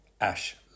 Ash